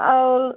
और